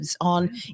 on